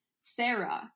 Sarah